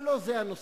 אבל לא זה הנושא.